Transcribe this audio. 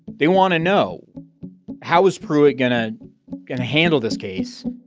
they want to know how is pruitt going to and handle this case?